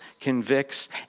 convicts